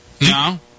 No